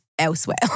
elsewhere